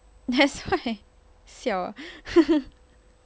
that's why siao